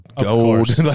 gold